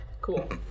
cool